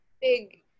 big –